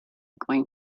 gonna